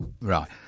right